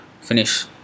Finish